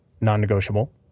non-negotiable